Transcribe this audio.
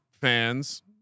fans